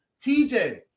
TJ